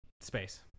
Space